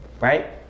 right